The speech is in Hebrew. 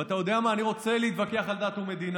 ואתה יודע מה, אני רוצה להתווכח על דת ומדינה.